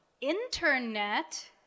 Internet